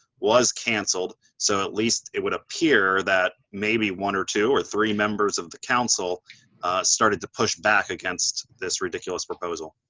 was cancelled so at least it would appear that maybe one or two or three members of the council started to push back against this ridiculous proposal.